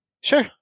Sure